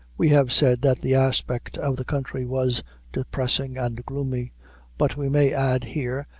we have said that the aspect of the country was depressing and gloomy but we may add here,